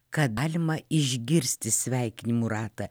ką galima išgirsti sveikinimų ratą